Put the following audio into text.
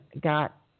got